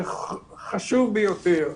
זה חשוב ביותר.